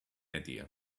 idea